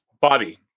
Bobby